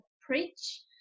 preach